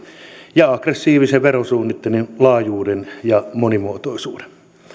ja aggressiivisen verosuunnittelun laajuuden ja monimuotoisuuden